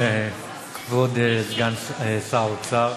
כבוד סגן שר האוצר,